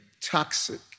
toxic